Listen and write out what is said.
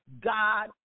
God